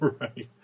right